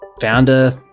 founder